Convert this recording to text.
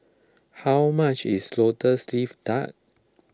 how much is Lotus Leaf Duck